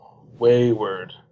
wayward